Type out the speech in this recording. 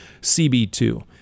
CB2